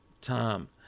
time